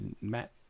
Matt